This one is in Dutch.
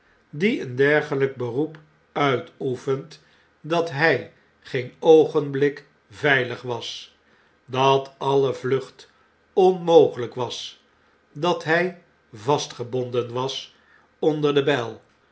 die een dergeiyk beroep uitoefent dat hy geen oogenblik veilig was dat alle vlucht onmogeiyk was dat hy vastgebonden was onder de bijl